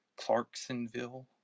Clarksonville